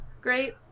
great